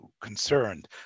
concerned